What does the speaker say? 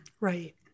Right